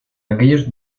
aquellos